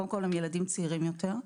קודם כל, הם ילדים צעירים יותר.